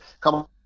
come